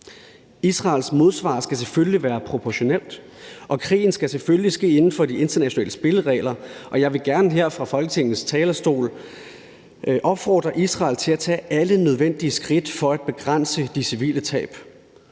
Israels modsvar skal selvfølgelig være proportionelt, og krigen skal selvfølgelig ske inden for de internationale spilleregler, og jeg vil gerne her fra Folketingets talerstol opfordre Israel til at tage alle nødvendige skridt for at begrænse de civile tab.